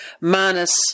minus